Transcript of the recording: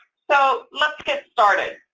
so let's get started.